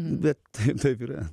bet taip yra